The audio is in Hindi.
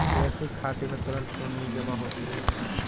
पैसे खाते में तुरंत क्यो नहीं जमा होते हैं?